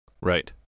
Right